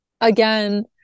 again